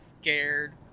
scared